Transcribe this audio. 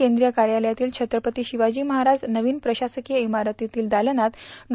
केन्द्रीय कार्यालयातील छत्रपती शिवाजी महाराज नवीन प्रशासकीय इमारतीतील दालनात डो